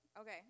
Okay